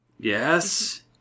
Yes